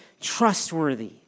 trustworthy